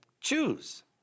choose